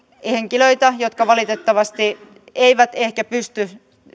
henkilöitä jotka valitettavasti eivät ehkä pysty